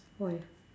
spoil ah